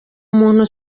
muntu